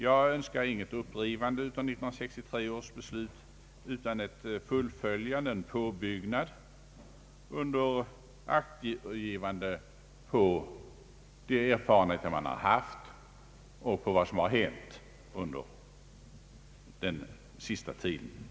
Jag önskar inte något upprivande av 1963 års beslut utan ett fullföljande och en påbyggnad under aktgivande av de erfarenheter man har fått och av vad som har hänt under den senaste tiden.